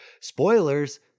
spoilers